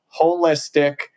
holistic